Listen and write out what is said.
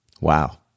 Wow